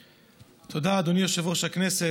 תודה, אדוני יושב-ראש הישיבה.